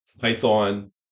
Python